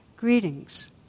Greetings